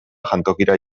jantokira